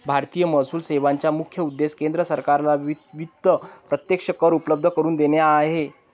भारतीय महसूल सेवेचा मुख्य उद्देश केंद्र सरकारला विविध प्रत्यक्ष कर उपलब्ध करून देणे हा आहे